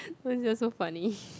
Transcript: so funny